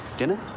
dinner?